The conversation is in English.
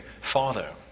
father